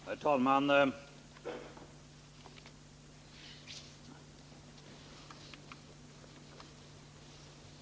Herr talman!